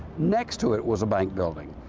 next to it was a bank building.